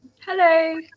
hello